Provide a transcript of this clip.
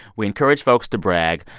we encourage folks to brag.